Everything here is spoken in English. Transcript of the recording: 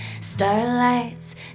Starlight's